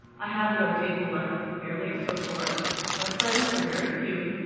i have no dating life, barely a social life. my friends are very few.